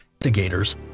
Investigators